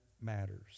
matters